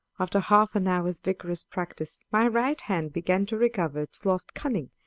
after half an hour's vigorous practice my right hand began to recover its lost cunning,